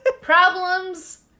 Problems